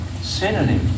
synonym